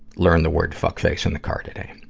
learned the word fuckface in the car today.